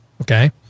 Okay